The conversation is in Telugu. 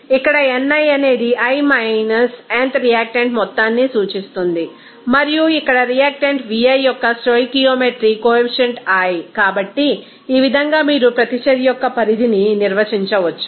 ఇక్కడ ni అనేది i th రియాక్టెంట్ మొత్తాన్ని సూచిస్తుంది మరియు ఇక్కడ రియాక్టెంట్ νi యొక్క స్టోయికియోమెట్రీ కొఎఫిషియంట్ i కాబట్టి ఈ విధంగా మీరు ప్రతిచర్య యొక్క పరిధిని నిర్వచించవచ్చు